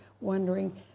wondering